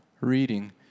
reading